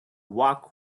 walk